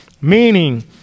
Meaning